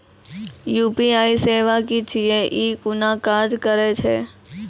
UPI सेवा की छियै? ई कूना काज करै छै?